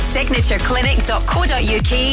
SignatureClinic.co.uk